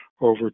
over